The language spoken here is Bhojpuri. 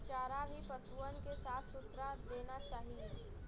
चारा भी पसुअन के साफ सुथरा देना चाही